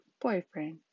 boyfriend